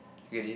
get it